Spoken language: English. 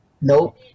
Nope